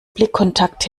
blickkontakt